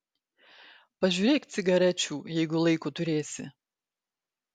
pažiūrėk cigarečių jeigu laiko turėsi